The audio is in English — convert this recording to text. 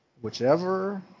Whichever